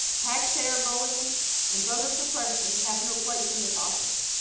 taxpayer bullying and voter suppression have no place in this office.